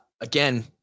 again